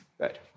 Good